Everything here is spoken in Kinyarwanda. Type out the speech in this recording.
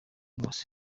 rwose